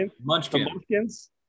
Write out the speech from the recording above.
Munchkins